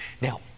Now